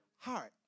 Heart